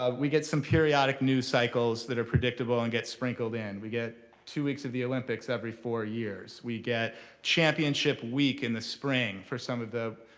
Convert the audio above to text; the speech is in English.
we get some periodic news cycles that are predictable and get sprinkled in. we get two weeks of the olympics every four years. we get championship week in the spring for some of the